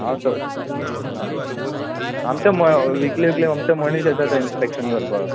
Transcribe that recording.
हांव स आं आमचे म विकले विकले आमचे मनीस येता तें इन्स्पेक्शन करपाक